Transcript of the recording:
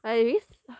I always